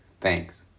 Thanks